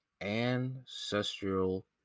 ancestral